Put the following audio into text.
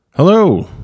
Hello